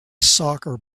soccer